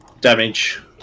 damage